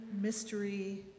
mystery